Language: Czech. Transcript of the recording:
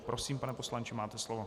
Prosím, pane poslanče, máte slovo.